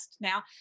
Now